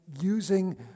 using